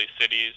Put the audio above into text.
cities